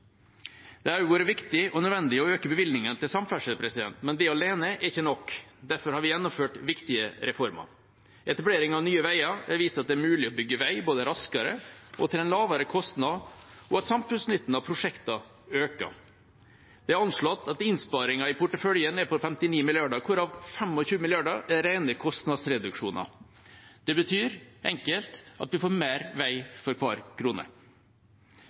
Det har også vært viktig og nødvendig å øke bevilgningene til samferdsel, men det alene er ikke nok. Derfor har vi gjennomført viktige reformer. Etablering av Nye Veier har vist at det er mulig å bygge vei både raskere og til en lavere kostnad, og at samfunnsnytten av prosjekter øker. Det er anslått at innsparingen i porteføljen er på 59 mrd. kr, hvorav 25 mrd. kr er rene kostnadsreduksjoner. Det betyr enkelt at vi får mer vei for hver krone.